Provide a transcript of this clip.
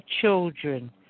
children